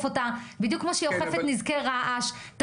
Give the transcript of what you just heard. אותה בדיוק כמו שהיא אוכפת נזקי רעש.